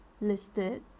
listed